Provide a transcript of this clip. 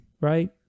right